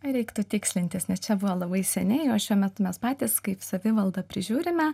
reiktų tikslintis nes čia buvo labai seniai o šiuo metu mes patys kaip savivalda prižiūrime